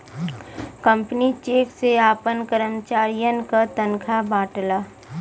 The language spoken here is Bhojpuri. कंपनी चेक से आपन करमचारियन के तनखा बांटला